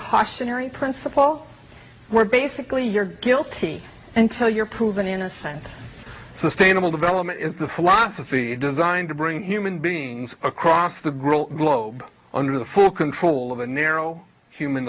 precautionary principle were basically you're guilty until you're proven innocent sustainable development is the philosophy designed to bring human beings across the great globe under the full control of a narrow human